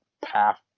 path